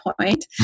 point